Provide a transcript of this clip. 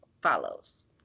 follows